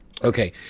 Okay